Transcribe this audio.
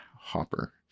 hopper